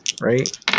right